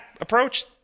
approach